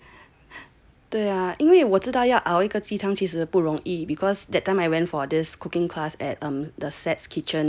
对呀因为我知道要熬一个鸡汤其实不容易 because that time I went for this cooking class at um the SATS kitchen